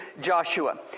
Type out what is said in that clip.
Joshua